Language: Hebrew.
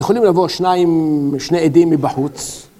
יכולים לבוא שניים... שני עדים מבחוץ.